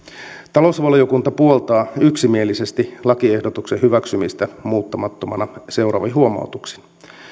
talousvaliokunta puoltaa yksimielisesti lakiehdotuksen hyväksymistä muuttamattomana seuraavin huomautuksin